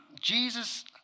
Jesus